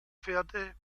pferde